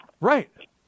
Right